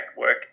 work